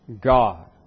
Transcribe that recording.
God